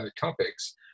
topics